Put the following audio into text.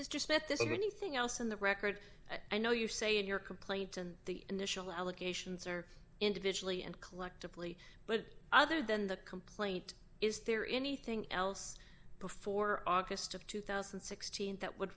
is just that this and anything else in the record i know you say in your complaint and the initial allegations are individually and collectively but other than the complaint is there anything else before august of two thousand and sixteen that would